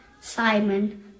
Simon